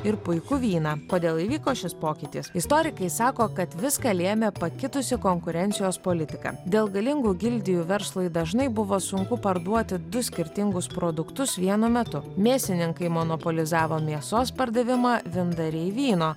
ir puikų vyną kodėl įvyko šis pokytis istorikai sako kad viską lėmė pakitusi konkurencijos politika dėl galingų gildijų verslui dažnai buvo sunku parduoti du skirtingus produktus vienu metu mėsininkai monopolizavo mėsos pardavimą vyndariai vyno